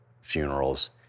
funerals